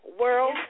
World